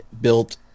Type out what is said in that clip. built